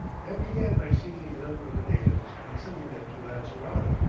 and began by seizing a number of the natives, and sending them to lancerota.